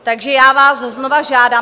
Takže já vás znova žádám.